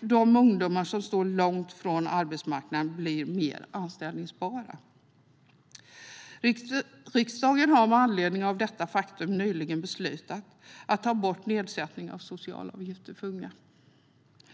de ungdomar som står långt från arbetsmarknaden blir mer anställbara. Riksdagen har med anledning av detta faktum nyligen beslutat att ta bort nedsättningen av socialavgifter för unga.